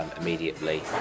immediately